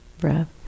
breath